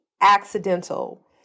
accidental